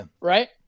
right